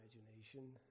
imagination